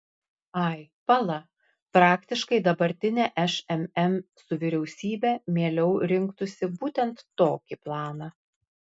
ai pala praktiškai dabartinė šmm su vyriausybe mieliau rinktųsi būtent tokį planą